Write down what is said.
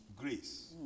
grace